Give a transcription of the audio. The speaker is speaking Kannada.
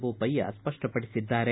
ಮೋಪಯ್ಯ ಸ್ಪಷ್ಪಡಿಸಿದ್ದಾರೆ